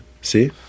see